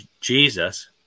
Jesus